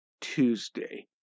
Tuesday